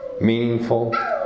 meaningful